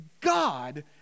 God